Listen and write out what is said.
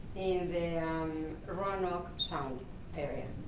in the um roanoke sound area